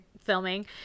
filming